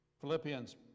philippians